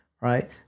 right